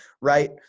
right